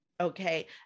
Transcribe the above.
okay